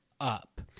up